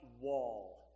wall